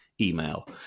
email